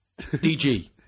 DG